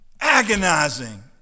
agonizing